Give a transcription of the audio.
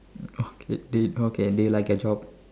oh okay do you like your job